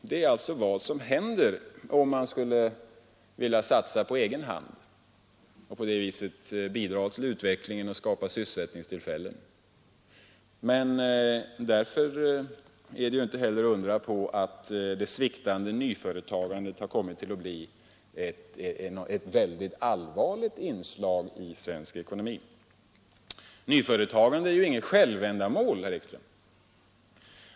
Detta är alltså vad som händer om man skulle vilja sat a på ett eget företag och på de viset ättningstillfällen. Det är alltså inte att undra på att det sviktande nyföretagandet har kommit att bli ett bidra till utvecklingen och skapa sy mycket allvarligt inslag i svensk ekonomi. Nyföretagandet är inget självändamål, herr Ekström.